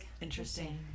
Interesting